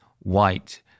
white